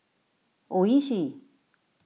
Oishi